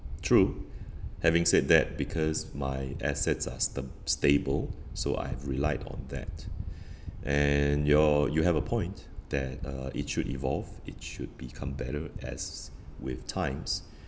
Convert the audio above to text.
true having said that because my assets are stab~ stable so I have relied on that and your you have a point that uh it should evolve it should become better as with times